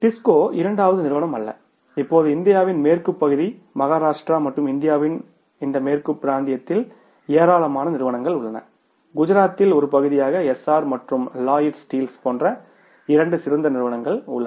டிஸ்கோடிஸ்கோ இரண்டாவது நிறுவனம் அல்ல இப்போது இந்தியாவின் மேற்கு பகுதி மகாராஷ்டிரா மற்றும் இந்தியாவின் இந்த மேற்கு பிராந்தியத்தில் ஏராளமான நிறுவனங்கள் உள்ளன குஜராத்தின் ஒரு பகுதியாக எஸ்ஆர் மற்றும் லாயிட் ஸ்டீல்ஸ் போன்ற இரண்டு சிறந்த நிறுவனங்கள் உள்ளன